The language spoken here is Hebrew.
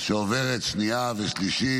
שעוברת שנייה ושלישית,